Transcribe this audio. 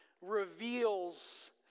reveals